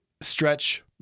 Stretch